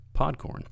Podcorn